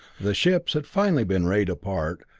the ships had finally been rayed apart,